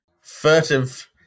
Furtive